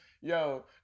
Yo